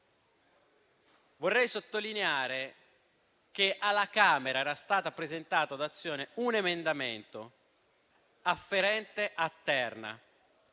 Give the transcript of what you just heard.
Vorrei sottolineare che alla Camera era stato presentato da Azione un emendamento afferente a Terna